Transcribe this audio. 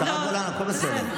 השרה גולן, הכול בסדר.